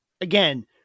again